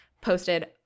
posted